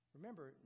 Remember